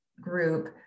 group